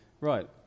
Right